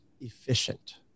efficient